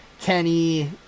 Kenny